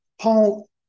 Paul